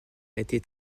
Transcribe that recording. été